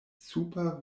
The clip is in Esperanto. super